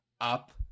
up